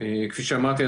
וכפי שאמרתי,